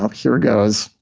here goes.